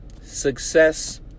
Success